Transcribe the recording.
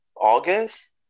august